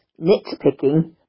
nitpicking